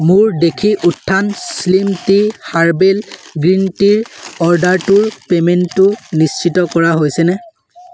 মোৰ দেশী উত্থান স্লিম টি হাৰ্বেল গ্ৰীণ টিৰ অৰ্ডাৰটোৰ পে'মেণ্টটো নিশ্চিত কৰা হৈছেনে